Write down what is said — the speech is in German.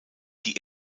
die